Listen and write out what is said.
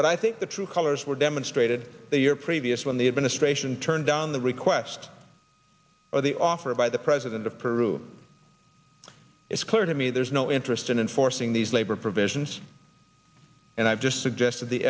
but i think the true colors were demonstrated the year previous when the administration turned down the request or the offer by the president of peru it's clear to me there's no interest in enforcing these labor provisions and i've just suggested the